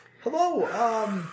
hello